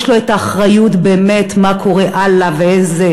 יש לו את האחריות באמת מה קורה הלאה ואיזה